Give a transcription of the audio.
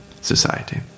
society